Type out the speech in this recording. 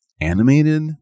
animated